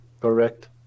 Correct